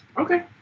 Okay